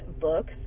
books